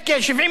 משלמים.